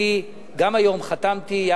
אני גם חתמתי היום,